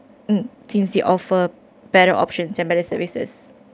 uh since the offer better options and better services